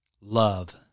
Love